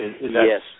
Yes